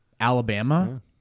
Alabama –